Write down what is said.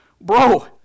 bro